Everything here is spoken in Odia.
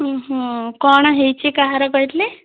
ଉଁ ହଁ କ'ଣ ହେଇଛି କାହାର କହିଥିଲେ